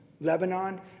Lebanon